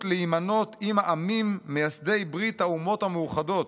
להימנות עם העמים מייסדי ברית האומות המאוחדות.